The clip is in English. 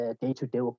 day-to-day